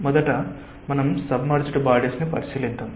మొదట మనం submerged bodies ను పరిశీలిద్దాం